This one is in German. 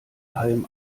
halm